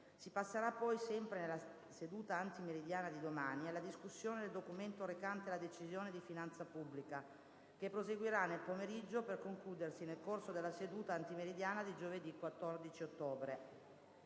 Si passerà poi, sempre nella seduta antimeridiana di domani, alla discussione del documento recante la Decisione di finanza pubblica, che proseguirà nel pomeriggio, per concludersi nel corso della seduta antimeridiana di giovedì 14 ottobre.